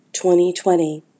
2020